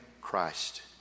Christ